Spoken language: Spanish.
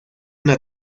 una